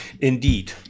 Indeed